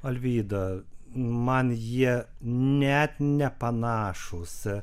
alvyda man jie net nepanašūs